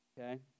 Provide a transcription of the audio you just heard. okay